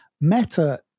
Meta